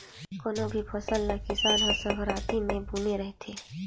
कोनो भी फसल ल किसान हर संघराती मे बूने रहथे